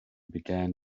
began